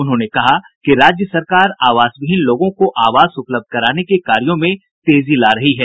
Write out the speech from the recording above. उन्होंने कहा कि राज्य सरकार आवास विहीन लोगों को आवास उपलब्ध कराने के कार्यों में तेजी ला रही है